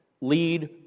lead